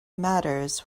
matters